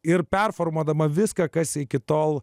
ir performuodama viską kas iki tol